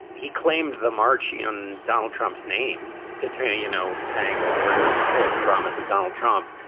he claimed the march on donald trump's name, deterring, you know, saying that we're going to fulfill the promise of donald trump.